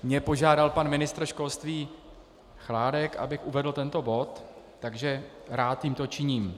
Mě požádal pan ministr školství Chládek, abych uvedl tento bod, takže rád tímto činím.